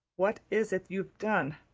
what is it you've done?